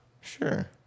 Sure